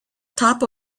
top